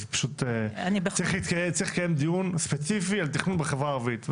אז פשוט צריך לקיים דיון ספציפי על תכנון בחברה הערבית.